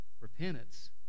repentance